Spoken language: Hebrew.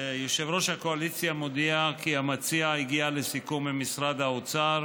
יושב-ראש הקואליציה מודיע כי המציע הגיע לסיכום עם משרד האוצר